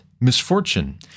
misfortune